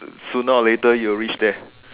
sooner or later you'll reach there